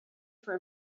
for